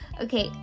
Okay